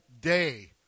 day